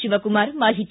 ಶಿವಕುಮಾರ ಮಾಹಿತಿ